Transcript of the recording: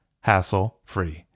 hassle-free